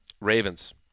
Ravens